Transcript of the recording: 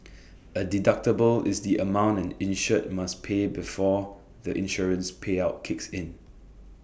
A deductible is the amount an insured must pay before the insurance payout kicks in